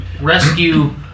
rescue